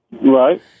Right